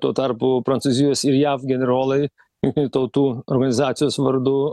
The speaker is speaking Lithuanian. tuo tarpu prancūzijos ir jav generolai jungtinių tautų organizacijos vardu